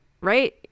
Right